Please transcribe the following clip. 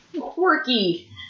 quirky